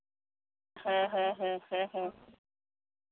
ᱦᱮᱸ ᱦᱮᱸ ᱦᱮᱸ ᱦᱮᱸ